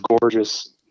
gorgeous